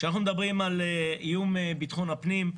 כשאנחנו מדברים על איום ביטחון הפנים,